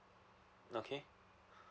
okay